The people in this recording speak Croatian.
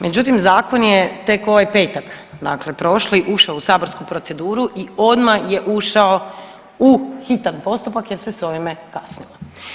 Međutim, zakon je tek ovaj petak, dakle prošli ušao u saborsku proceduru i odmah je ušao u hitan postupak jer se sa ovime kasnilo.